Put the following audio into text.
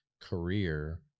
career